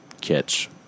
catch